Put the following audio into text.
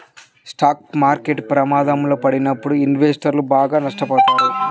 stock market ప్రమాదంలో పడినప్పుడు ఇన్వెస్టర్లు బాగా నష్టపోతారు